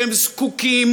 שהם זקוקים.